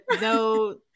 no